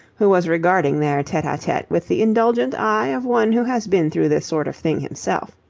who was regarding their tete-a-tete with the indulgent eye of one who has been through this sort of thing himself.